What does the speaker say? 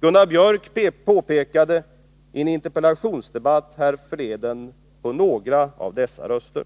Gunnar Biörck i Värmdö påminde i en interpellationsdebatt härförleden om några av dessa röster.